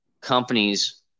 companies